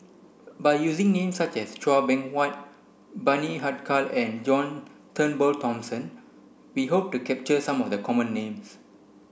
by using names such as Chua Beng Huat Bani Haykal and John Turnbull Thomson we hope to capture some of the common names